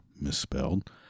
misspelled